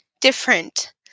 different